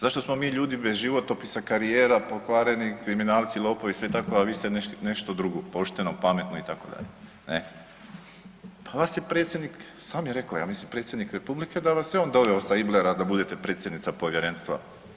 Zašto smo mi ljudi bez životopisa, karijera pokvarenih, kriminalci i sve tako, a vi ste nešto drugo pošteno, pametno itd.? pa vas je predsjednik, sam je rekao, ja mislim predsjednik Republike da vas je on doveo sa Iblera da budete predsjednica povjerenstva.